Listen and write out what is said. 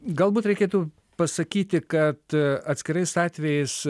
galbūt reikėtų pasakyti kad atskirais atvejais